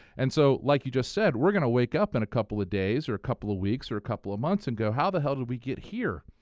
and so like you just said, we're going to wake up in a couple of days or couple of weeks or couple of months and go how the hell did we get here?